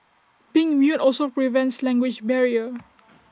being mute also prevents language barrier